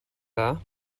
dda